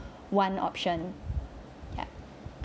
one option yup